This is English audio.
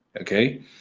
Okay